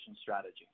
strategy